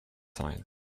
science